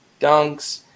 dunks